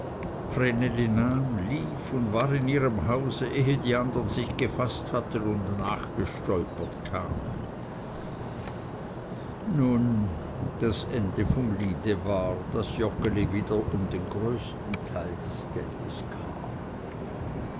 lief und war in ihrem hause ehe die andern sich gefaßt hatten und nachgestolpert kamen nun das ende vom liede war daß joggeli wieder um den größten teil des geldes kam